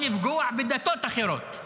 או לפגוע בדתות אחרות.